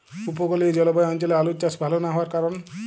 উপকূলীয় জলবায়ু অঞ্চলে আলুর চাষ ভাল না হওয়ার কারণ?